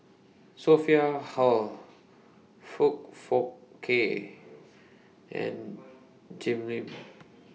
Sophia Hull Foong Fook Kay and Jim Lim